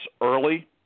early